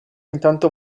intanto